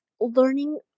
learning